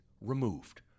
removed